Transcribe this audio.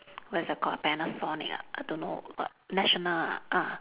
what is it called panasonic ah I don't know what national ah ah